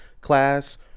class